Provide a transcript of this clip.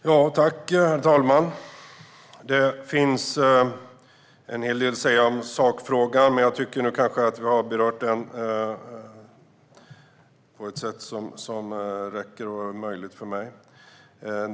Herr talman! Det finns en hel del att säga om sakfrågan. Men jag tycker att det som jag har sagt räcker, och det är detta som är möjligt för mig att säga.